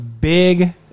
big